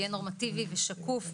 יהיה נורמטיבי ושקוף,